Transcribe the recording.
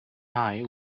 eye